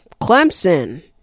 Clemson